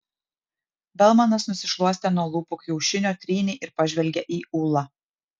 belmanas nusišluostė nuo lūpų kiaušinio trynį ir pažvelgė į ūlą